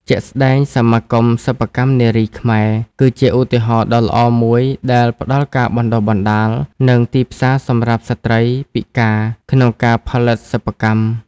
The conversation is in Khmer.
ជាក់ស្ដែង សមាគមសិប្បកម្មនារីខ្មែរ គឺជាឧទាហរណ៍ដ៏ល្អមួយដែលផ្តល់ការបណ្តុះបណ្តាល និងទីផ្សារសម្រាប់ស្ត្រីពិការក្នុងការផលិតសិប្បកម្ម។